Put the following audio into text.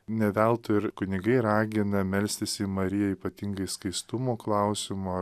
ne veltui ir kunigai ragina melstis į mariją ypatingai skaistumo klausimo